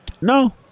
no